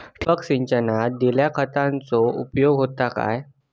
ठिबक सिंचनान दिल्या खतांचो उपयोग होता काय?